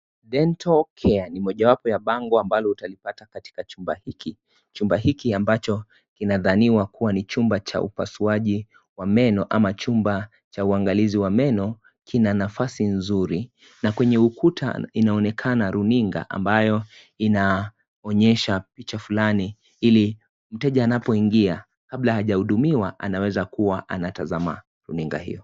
Dental care ni moja wapo ya bango ambalo utalipata katika chumba hiki. Chumba hiki ambacho kinadhaniwa kuwa ni chumba cha upasuaji wa meno ama chumba cha uangalizi wa meno kina nafasi nzuri. Na kwenye ukuta inaonekana runinga ambayo inaonyesha picha fulani ili mteja anapoingia kabla hajaudumiwa, anaweza kuwa anatazama runinga hio.